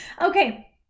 Okay